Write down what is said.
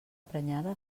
prenyada